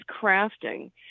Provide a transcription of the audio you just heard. crafting